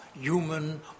human